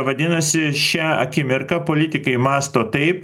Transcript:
vadinasi šią akimirką politikai mąsto taip